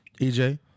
EJ